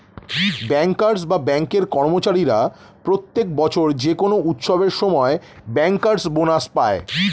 bankers বা ব্যাঙ্কের কর্মচারীরা প্রত্যেক বছর যে কোনো উৎসবের সময় ব্যাংকার্স বোনাস পায়